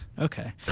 Okay